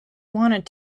wanted